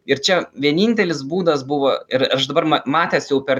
ir čia vienintelis būdas buvo ir aš dabar ma matęs jau per